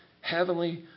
heavenly